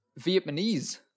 Vietnamese